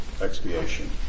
expiation